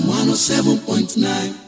107.9